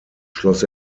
schloss